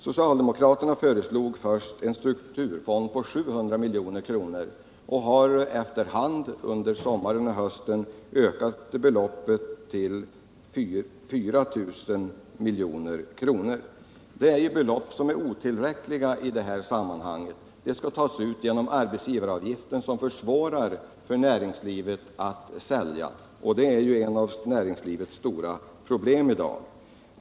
Socialdemokraterna föreslog först en strukturfond på 700 milj.kr. och har efter hand, under sommaren och hösten, ökat beloppet till 4 000 milj.kr. Det är belopp som är otillräckliga i sammanhanget. De skall, enligt socialdemokraterna, tas ut genom en höjning av arbetsgivaravgiften — något som försvårar för näringslivet att sälja sina produkter. Det är ett av stålnäringens stora problem i dag.